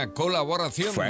colaboración